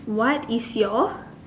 what is your